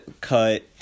cut